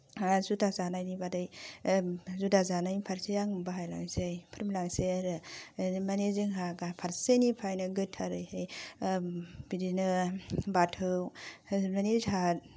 जुदा जानायनि बादै जुदा जानायनि फारसे आङो बारायनोसै फोरमायलांसै आरो ओरै माने जोंहा फारसेनिफ्रायनो गोथारैहाय बिदिनो बाथौ माने जोंहा